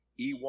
E1